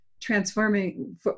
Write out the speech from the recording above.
transforming